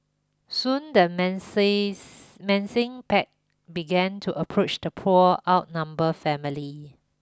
soon the menacing pack began to approach the poor outnumbered family